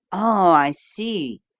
oh, i see.